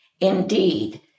Indeed